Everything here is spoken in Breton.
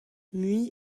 mui